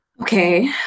Okay